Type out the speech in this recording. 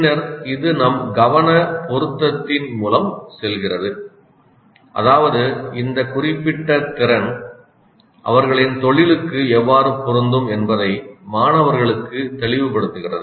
பின்னர் இது நம் கவன பொருத்தத்தின் மூலம் செல்கிறது அதாவது இந்த குறிப்பிட்ட திறன் அவர்களின் தொழிலுக்கு எவ்வாறு பொருந்தும் என்பதை மாணவர்களுக்கு தெளிவுபடுத்துகிறது